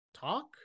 talk